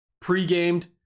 pre-gamed